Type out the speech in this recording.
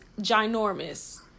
ginormous